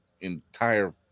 entire